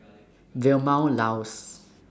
Vilma Laus